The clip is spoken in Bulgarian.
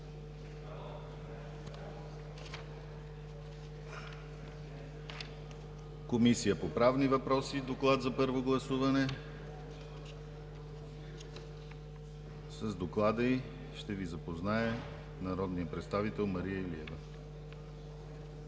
Комисия по Правни въпроси – доклад за първо гласуване. С доклада ще Ви запознае народният представител Мария Илиева.